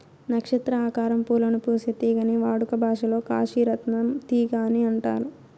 నక్షత్ర ఆకారం పూలను పూసే తీగని వాడుక భాషలో కాశీ రత్నం తీగ అని అంటారు